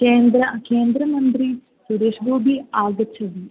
केन्द्रं केन्द्रमन्त्री सुरेश् गोपि आगच्छति